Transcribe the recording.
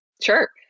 Sure